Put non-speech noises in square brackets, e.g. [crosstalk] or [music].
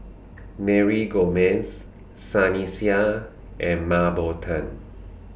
[noise] Mary Gomes Sunny Sia and Mah Bow Tan